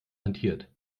rentiert